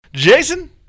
Jason